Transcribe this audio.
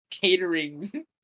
Catering